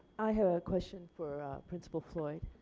i have a question for principal floyd